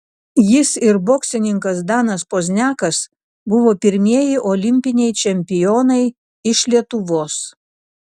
jis ir boksininkas danas pozniakas buvo pirmieji olimpiniai čempionai iš lietuvos